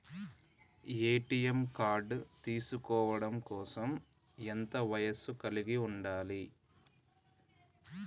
ATM card తీసుకోవడం కోసం ఎంత వయస్సు కలిగి ఉండాలి?